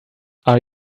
are